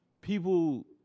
People